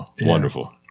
Wonderful